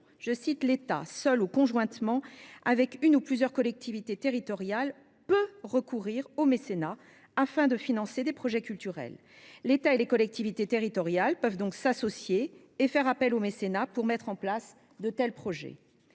impôts, l'État, « [seul] ou conjointement avec une ou plusieurs collectivités territoriales », peut recourir au mécénat afin de financer des projets culturels. L'État et les collectivités territoriales peuvent donc s'associer et faire appel au mécénat pour mettre en place de tels projets.